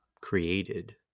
created